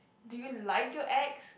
do you like your ex